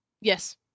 Yes